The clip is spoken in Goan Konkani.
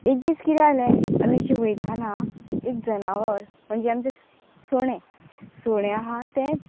एक दीस कितें जालें आमी अशें वयताना एक जनावर म्हणजे आमचें सुणें सुणें आहा तें